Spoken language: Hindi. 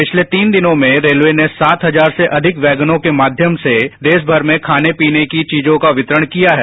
पिछले तीन दिनों में रेलवे ने सात हजार से अधिक वेगनों के माध्यम से देशभर में खाने पीने की चीजों का वितरण किया है